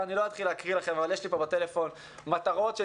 ואני לא אתחיל להקריא לכם אבל יש לי פה בטלפון מטרות של